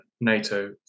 NATO